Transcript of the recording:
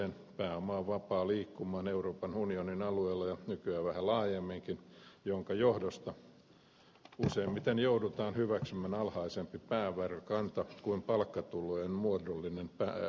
pääoma on vapaa liikkumaan euroopan unionin alueella ja nykyään vähän laajemminkin minkä johdosta useimmiten joudutaan hyväksymään alhaisempi pääomaverokanta kuin palkkatulojen muodollinen verokohtelu